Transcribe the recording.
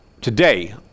Today